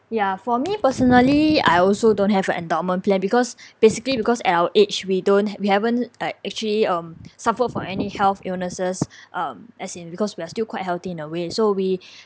ya for me personally I also don't have an endowment plan because basically because at our age we don't we haven't like actually um suffer from any health illnesses um as in because we're still quite healthy in a way so we